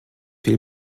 will